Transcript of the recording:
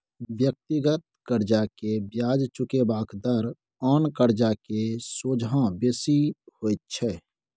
व्यक्तिगत कर्जा के बियाज चुकेबाक दर आन कर्जा के सोंझा बेसी होइत छै